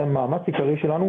זה מאמץ עיקרי שלנו,